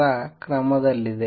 ರ ಕ್ರಮದಲ್ಲಿದೆ